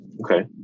Okay